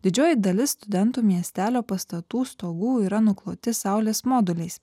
didžioji dalis studentų miestelio pastatų stogų yra nukloti saulės moduliais